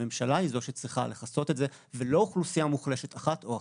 הממשלה היא זו שצריכה לכסות את זה ולא אוכלוסיה מוחלשת אחת או אחרת.